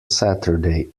saturday